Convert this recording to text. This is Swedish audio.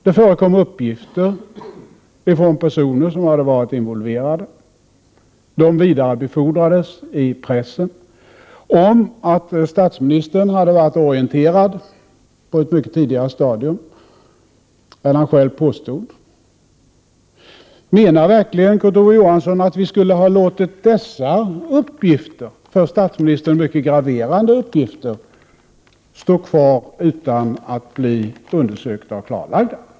Det förekom uppgifter från personer som hade varit involverade — och de vidarebefordrades i pressen — om att statsministern hade varit orienterad på ett mycket tidigare stadium än han själv påstod. Menar verkligen Kurt Ove Johansson att vi skulle ha låtit dessa för statsministern mycket graverande uppgifter stå kvar utan att bli undersökta och klarlagda?